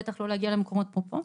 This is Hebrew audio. בטח לא להגיע למקומות כמו פה,